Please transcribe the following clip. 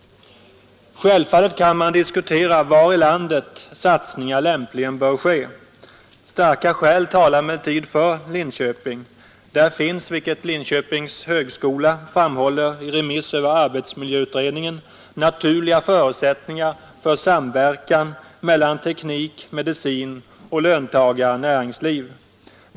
Självfallet kan man diskutera var i landet satsningen lämpligen bör ske. Starka skäl talar emellertid för Linköping. Där finns, vilket Linköpings högskola framhåller i remiss över arbetsmiljöutredningen, naturliga förutsättningar för samverkan mellan teknik—medicin och löntagare— näringsliv.